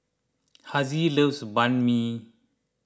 Hassie loves Banh Mi